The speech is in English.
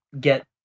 get